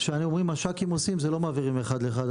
אומרים מש"קים עושים זה לא מעבירים מאחד לאחד.